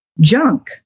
junk